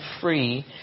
free